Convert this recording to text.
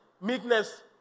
Meekness